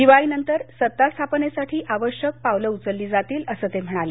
दिवाळीनंतर सत्तास्थापनेसाठी आवश्यक पावलं उचलली जातील असं ते म्हणाले